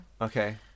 Okay